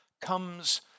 comes